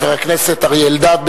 חבר הכנסת אריה אלדד,